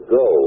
go